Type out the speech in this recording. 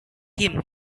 him